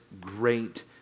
great